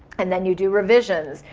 and then you do revisions.